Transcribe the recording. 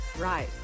Right